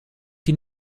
die